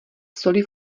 soli